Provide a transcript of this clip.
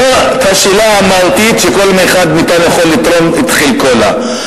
זאת השאלה המהותית שכל אחד מאתנו יכול לתרום את חלקו לה,